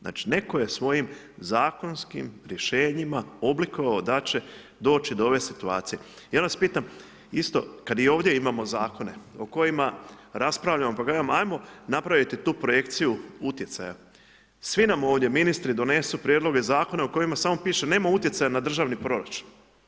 Znači netko je svojim zakonskim rješenjima oblikovao da će doći do ove situacije i ja vas pitam, isto kad i ovdje imamo zakone o kojima raspravljamo, pa kažemo ajmo napraviti tu projekciju utjecaja, svi nam ovdje ministri donesu prijedloge zakona u kojima samo piše nema utjecaja na državni proračun.